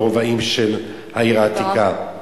ברבעים של העיר העתיקה.